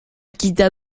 quitta